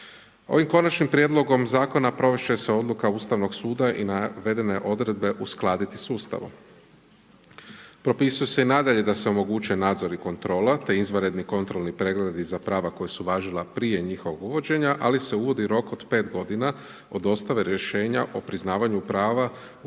Ovim konačnim prijedlogom zakona provest će se odluka Ustavnog suda i navedene odredbe uskladiti s Ustavom. Propisuje se i nadalje da se omogućuje nadzor i kontrola te izvanredni kontrolni pregledi za prava koja su važila prije njihovog uvođenja, ali se uvodi rok od 5 godina od dostave rješenja o priznavanju prava u